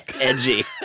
edgy